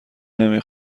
نمی